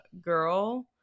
girl